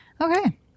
Okay